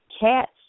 Cats